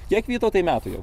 kiek vytautui metų jau